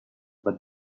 but